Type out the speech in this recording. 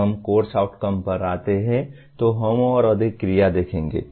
जब हम course outcome पर आते हैं तो हम और अधिक क्रिया देखेंगे